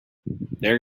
there